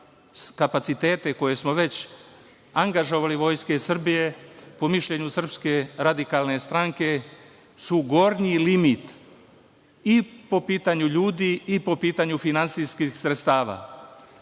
kapacitete koje smo već angažovali Vojske Srbije, po mišljenju SRS su gornji limit i po pitanju ljudi i po pitanju finansijskih sredstava.